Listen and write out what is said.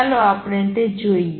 ચાલો આપણે તે જોઈએ